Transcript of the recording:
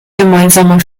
gemeinsame